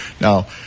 Now